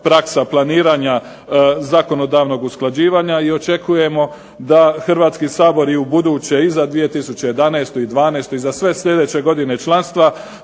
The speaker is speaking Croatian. praksa planiranja zakonodavnog usklađivanja i očekujemo da Hrvatski sabor i ubuduće i za 2011., i 2012. i za sve sljedeće godine članstva